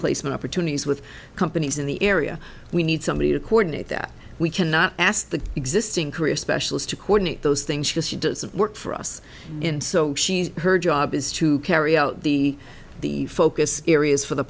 placement opportunities with companies in the area we need somebody to coordinate that we cannot ask the existing korea specialist to coordinate those things because she doesn't work for us in so she her job is to carry out the the focus areas for the